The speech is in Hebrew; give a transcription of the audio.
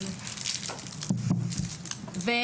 אני